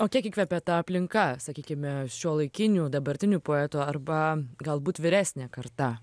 o kiek įkvepia ta aplinka sakykime šiuolaikinių dabartinių poetų arba galbūt vyresnė karta